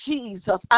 Jesus